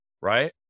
right